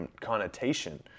connotation